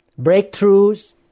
breakthroughs